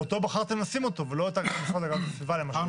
בחרתם לשים אותו ולא את המשרד להגנת הסביבה למשל.